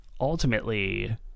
ultimately